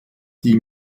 die